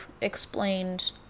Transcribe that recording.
explained